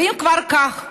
ואם כבר כך,